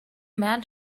man